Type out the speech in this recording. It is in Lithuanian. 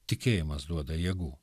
tikėjimas duoda jėgų